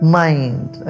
mind